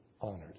honored